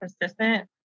persistent